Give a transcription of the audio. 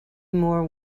more